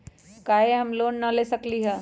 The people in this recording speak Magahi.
हम काहे होम लोन न ले सकली ह?